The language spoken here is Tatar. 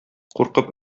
куркып